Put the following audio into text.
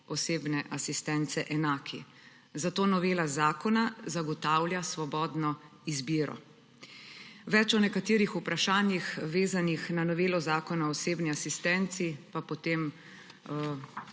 osebne asistence enaki, zato novela zakona zagotavlja svobodno izbiro. Več o nekaterih vprašanjih, vezanih na novelo Zakona o osebni asistenci, pa potem